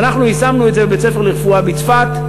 אז אנחנו יישמנו את זה בבית-הספר לרפואה בצפת,